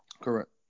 Correct